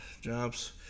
jobs